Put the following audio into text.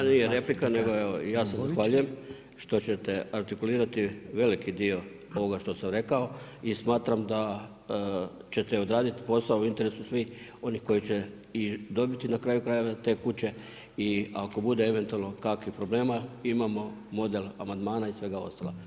Da, ma nije replika nego evo ja se zahvaljujem što ćete artikulirati veliki dio ovoga što sam rekao, i smatram da ćete odraditi posao u interesu svih onih koji će i dobiti na kraju krajeva te kuće i ako bude eventualno kakvih problema, imamo model amandmana i svega ostaloga.